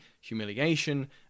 humiliation